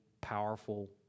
powerful